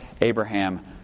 Abraham